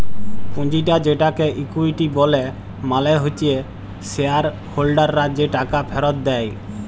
পুঁজিটা যেটাকে ইকুইটি ব্যলে মালে হচ্যে শেয়ার হোল্ডাররা যে টাকা ফেরত দেয়